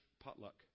potluck